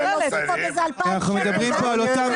ולהוסיף עוד איזה 2,000 שקל --- אנחנו מדברים פה על אותם